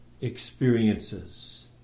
experiences